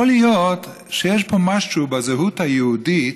יכול להיות שיש פה משהו בזהות היהודית